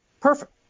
Perfect